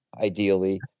ideally